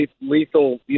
lethal